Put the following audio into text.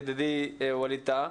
ידידי ווליד טאהא,